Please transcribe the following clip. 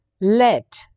let